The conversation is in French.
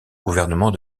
gouvernement